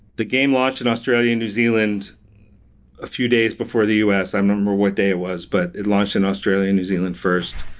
the game launched in australia and new zealand a few days before the us. i don't remember what day it was, but it launched in australia and new zealand first.